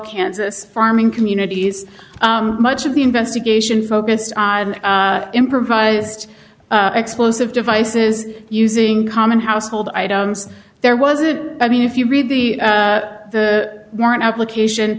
kansas farming communities much of the investigation focused on improvised explosive devices using common household items there wasn't i mean if you read the the warrant application